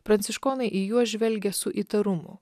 pranciškonai į juos žvelgė su įtarumu